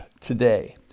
today